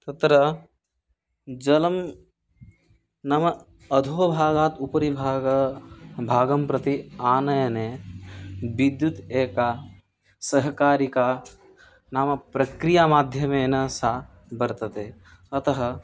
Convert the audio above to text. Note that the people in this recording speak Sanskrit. तत्र जलं नाम अधो भागात् उपरिभागः भागं प्रति आनयने विद्युत् एका सहकारिणी नाम प्रक्रियामाध्यमेन सा वर्तते अतः